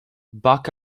back